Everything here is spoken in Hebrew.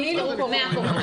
כאילו קורונה.